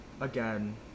again